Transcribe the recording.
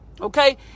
Okay